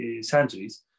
centuries